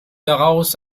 daraus